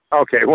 Okay